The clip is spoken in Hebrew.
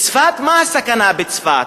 מה הסכנה בצפת?